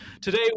Today